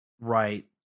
right